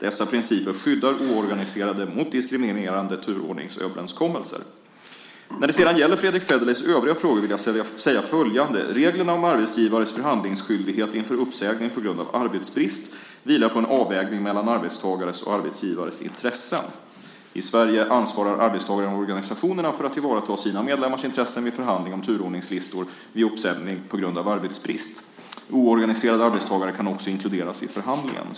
Dessa principer skyddar oorganiserade mot diskriminerande turordningsöverenskommelser. När det sedan gäller Fredrick Federleys övriga frågor vill jag säga följande: Reglerna om arbetsgivares förhandlingsskyldighet inför uppsägning på grund av arbetsbrist vilar på en avvägning mellan arbetstagares och arbetsgivares intressen. I Sverige ansvarar arbetstagarorganisationerna för att tillvarata sina medlemmars intressen vid förhandling om turordningslistor vid uppsägning på grund av arbetsbrist. Oorganiserade arbetstagare kan också inkluderas i förhandlingen.